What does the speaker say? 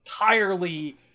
entirely